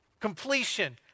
Completion